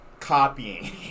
Copying